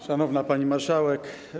Szanowna Pani Marszałek!